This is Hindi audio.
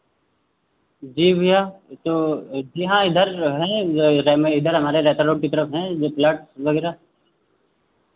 जी भैया तो जी हाँ इधर हैं इधर हमारे रैथा रोड की तरफ हैं जे प्लॉट वगैरह